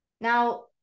Now